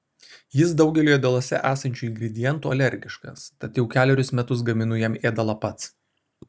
jis daugeliui ėdaluose esančių ingredientų alergiškas tad jau kelerius metus gaminu jam ėdalą pats